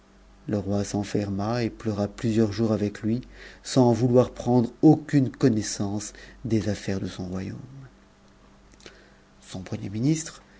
le roi s'enferma et pleura plusieurs jours avec lui sans vouloir prendre aucune connaissance des aflaires de son royaume son premier ministre